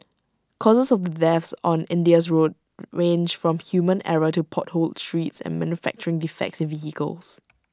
causes of the deaths on India's roads range from human error to potholed streets and manufacturing defects in vehicles